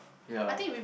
ya